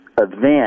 event